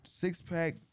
six-pack